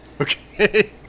Okay